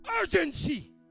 Urgency